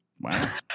Wow